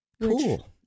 Cool